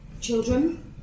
Children